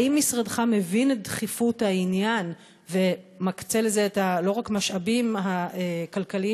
האם משרדך מבין את דחיפות העניין ומקצה לזה לא רק משאבים כלכליים,